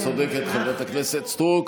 צודקת, חברת הכנסת סטרוק.